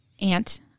aunt